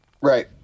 Right